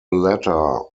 latter